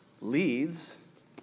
leads